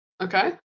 Okay